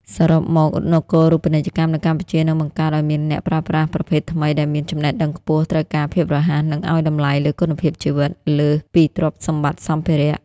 សរុបមក នគរូបនីយកម្មនៅកម្ពុជានឹងបង្កើតឱ្យមានអ្នកប្រើប្រាស់ប្រភេទថ្មី ដែលមាន "ចំណេះដឹងខ្ពស់ ត្រូវការភាពរហ័ស និងឱ្យតម្លៃលើគុណភាពជីវិត" លើសពីទ្រព្យសម្បត្តិសម្ភារៈ។